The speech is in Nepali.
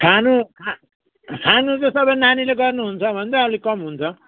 खानु खानु त सबै नानीले गर्नुहुन्छ भने चाहिँ अलिक कम हुन्छ